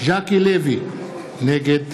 ז'קי לוי, נגד